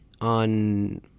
on